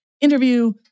interview